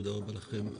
תודה רבה לכם.